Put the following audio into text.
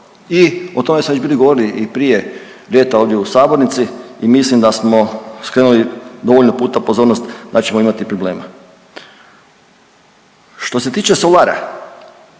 I o tome smo već bili govorili i prije ljeta ovdje u sabornici i mislim da smo skrenuli dovoljno puta pozornost da ćemo imati problema. Što se tiče solara,